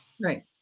Right